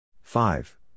five